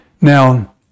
Now